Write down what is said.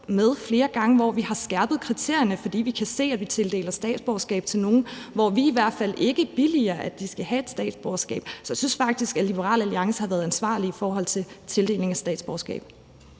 med flere gange, hvor vi har skærpet kriterierne, fordi vi kan se, at vi tildeler statsborgerskab til nogle, som vi i hvert fald ikke billiger skal have et statsborgerskab. Så jeg synes faktisk, at Liberal Alliance har været ansvarlige i forhold til tildeling af statsborgerskab.